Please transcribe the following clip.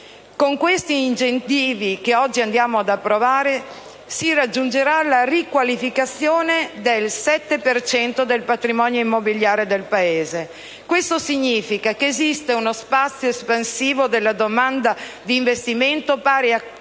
con questi incentivi che oggi andiamo ad approvare, si raggiungerà la riqualificazione del 7 per cento del patrimonio immobiliare del Paese. Ciò significa che esiste uno spazio espansivo della domanda di investimento quindici